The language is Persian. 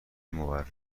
مورخ